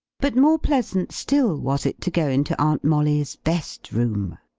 but more pleasant still was it to go into aunt molly's best room.